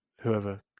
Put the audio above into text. whoever